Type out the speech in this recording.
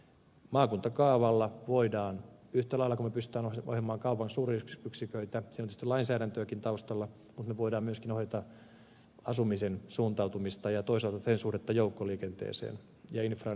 maakuntakaavalla voidaan yhtä lailla kuin me pystymme ohjaamaan kaupan suuryksiköitä siinä on tietysti lainsäädäntöäkin taustalla myöskin ohjata asumisen suuntautumista ja toisaalta sen suhdetta joukkoliikenteeseen ja infraan ylipäätään